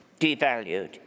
devalued